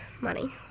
money